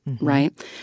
Right